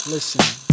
Listen